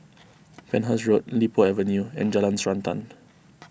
Penhas Road Li Po Avenue and Jalan Srantan